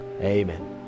amen